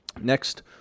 Next